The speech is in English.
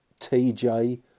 TJ